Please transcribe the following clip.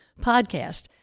podcast